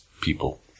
people